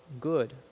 good